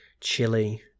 chili